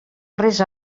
res